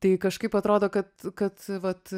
tai kažkaip atrodo kad kad vat